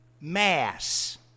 mass